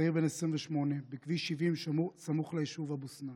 צעיר בן 28, בכביש 70, סמוך ליישוב אבו סנאן.